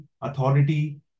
authority